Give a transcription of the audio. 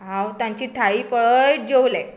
हांव तांची थाळी पळयत जेवलें